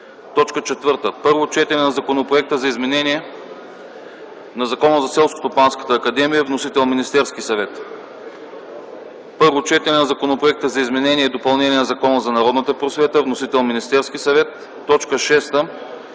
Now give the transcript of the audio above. Кирова. 4. Първо четене на Законопроекта за изменение на Закона за Селскостопанската академия. Вносител е Министерският съвет. 5. Първо четене на Законопроекта за изменение и допълнение на Закона за народната просвета. Вносител е Министерският съвет. 6.